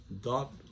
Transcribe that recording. dot